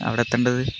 അവിടെ എത്തേണ്ടത്